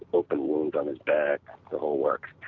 open wound on his back the whole work.